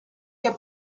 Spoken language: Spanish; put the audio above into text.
que